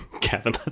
Kevin